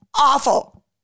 awful